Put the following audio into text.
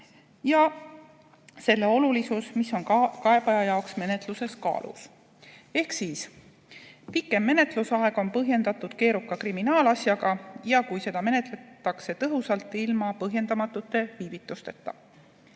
ja selle olulisus, mis on kaebaja jaoks menetluses kaalul. Seega, pikem menetlusaeg on põhjendatud keeruka kriminaalasjaga, kui seda menetletakse tõhusalt ja ilma põhjendamatute viivitusteta.